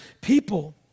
people